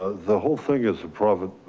ah the whole thing is a profit,